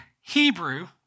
Hebrew